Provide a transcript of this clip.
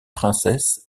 princesses